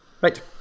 Right